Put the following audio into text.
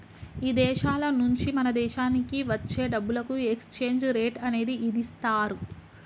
ఇదేశాల నుంచి మన దేశానికి వచ్చే డబ్బులకు ఎక్స్చేంజ్ రేట్ అనేది ఇదిస్తారు